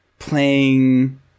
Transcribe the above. Playing